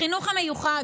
החינוך המיוחד,